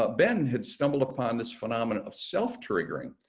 ah ben had stumbled upon this phenomenon of self triggering